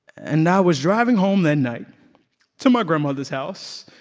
and i was driving home that night to my grandmother's house,